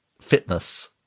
fitness